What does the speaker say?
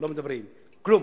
לא מדברים כלום.